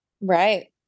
Right